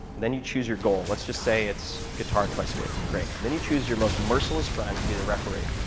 then you choose your goal. let's just say it's guitar twice a week. great. then you choose your most merciless friend to be the referee.